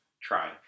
try